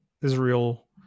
Israel